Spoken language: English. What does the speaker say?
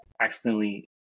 accidentally